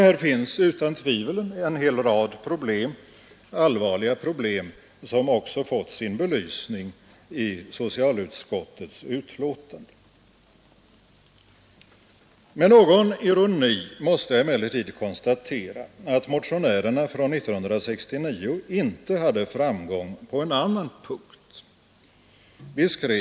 Här finns utan tvivel en hel rad allvarliga problem, som också fått sin belysning i socialutskottets betänkande. Med någon ironi måste jag emellertid konstatera att motionärerna från 1969 inte hade framgång på en annan punkt.